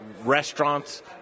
restaurants